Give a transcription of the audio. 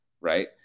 Right